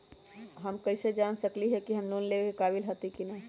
हम कईसे जान सकली ह कि हम लोन लेवे के काबिल हती कि न?